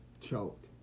choked